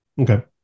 Okay